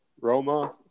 Roma